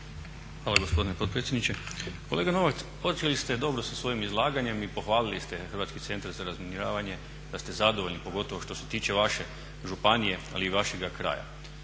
Hvala gospodine potpredsjedniče. Kolega Novak počeli ste dobro sa svojim izlaganjem i pohvalili ste HCR da ste zadovoljni pogotovo što se tiče vaše županije i vašega kraja.